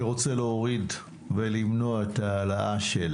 אני רוצה להוריד ולמנוע את ההעלאה של